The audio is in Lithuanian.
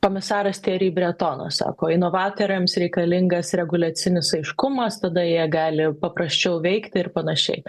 komisaras tjeri bretonas sako inovatoriams reikalingas reguliacinis aiškumas tada jie gali paprasčiau veikti ir panašiai